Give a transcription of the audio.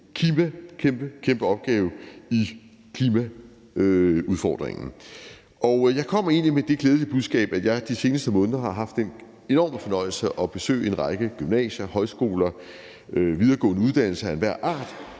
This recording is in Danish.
kæmpe opgave i klimaudfordringen. Og jeg kommer egentlig med det glædelige budskab, at jeg de seneste måneder har haft den enorme fornøjelse at besøge en række gymnasier, højskoler og videregående uddannelser af enhver art,